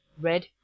red